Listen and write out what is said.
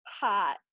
Hot